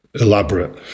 elaborate